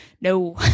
No